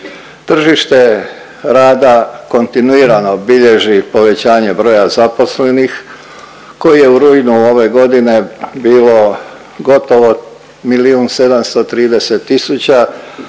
Tržište rada kontinuirano bilježi povećanje broja zaposlenih koji je u ruju ove godine bilo gotovo milijun